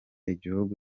igihugu